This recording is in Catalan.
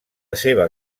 seva